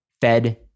Fed